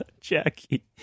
Jackie